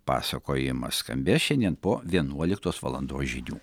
pasakojimas skambės šiandien po vienuoliktos valandos žinių